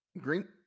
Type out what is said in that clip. Green